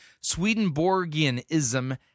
Swedenborgianism